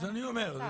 אז אני אומר,